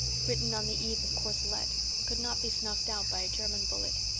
written on the eve of courcelette, could not be snuffed out by a german bullet.